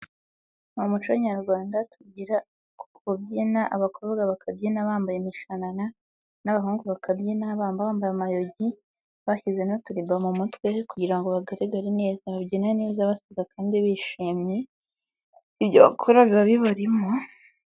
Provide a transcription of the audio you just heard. Mu muco nyarwanda tugira kubyina abakobwa bakabyina bambaye imishanana n'abahungu bakabyina bababambaye amayogi, bashyize n'uturiba mu mutwe kugira ngo bagaragare neza. Babyina neza baseka kandi bishimye, ibyo bakora biba bibarimo.